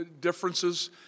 differences